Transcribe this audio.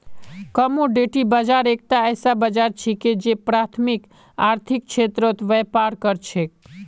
commodity बाजार एकता ऐसा बाजार छिके जे प्राथमिक आर्थिक क्षेत्रत व्यापार कर छेक